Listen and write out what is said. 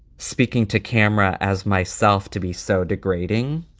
speaking to camera as myself to be so degrading